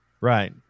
right